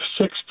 six